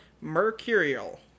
mercurial